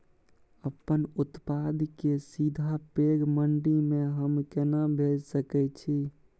अपन उत्पाद के सीधा पैघ मंडी में हम केना भेज सकै छी?